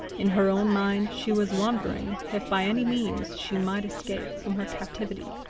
in her own mind she was wondering if by any means she might escape from her captivity,